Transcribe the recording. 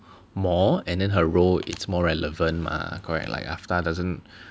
more and then her role it's more relevant mah correct like Aftar doesn't